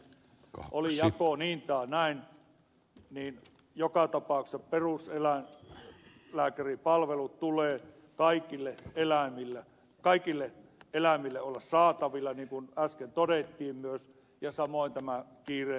oli jako niin tai näin niin joka tapauksessa peruseläinlääkäripalvelut tulee kaikille eläimille olla saatavilla niin kuin äsken todettiin myös ja samoin tämä kiireellinen eläinlääkäriapu